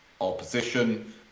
opposition